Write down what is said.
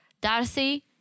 Darcy